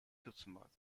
toetsenbord